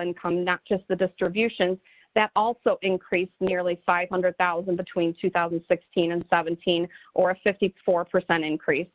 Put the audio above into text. income not just the distributions that also increase nearly five hundred thousand between two thousand and sixteen and seventeen or a fifty four percent increase